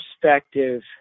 perspective